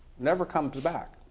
never comes back,